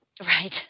Right